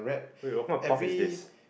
wait what kind of pub is this